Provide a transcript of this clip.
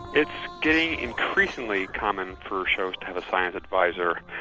it's getting increasingly common for shows to have a science adviser,